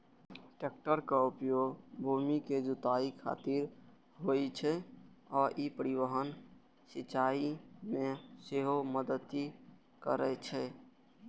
टैक्टरक उपयोग भूमि के जुताइ खातिर होइ छै आ ई परिवहन, सिंचाइ मे सेहो मदति करै छै